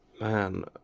man